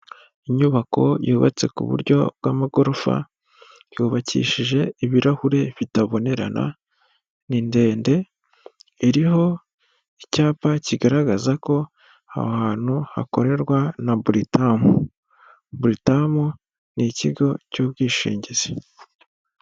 Inyubako yubatse ku buryo bw'amagorofa, yubakishije ibirahuri bitabonerana, ni ndende iriho icyapa kigaragaza ko aho hantu hakorerwa na buritamu. Buritamu ni kigo cy'ubwishingizi.